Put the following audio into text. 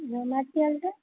ଜହ୍ନା ତିଆଳିଟା